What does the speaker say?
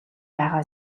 байгаа